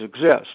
exist